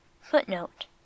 Footnote